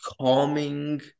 calming